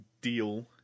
deal